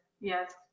yes